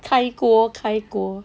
开锅开锅